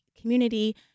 community